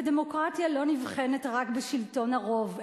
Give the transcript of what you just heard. דמוקרטיה לא נבחנת רק בשלטון הרוב,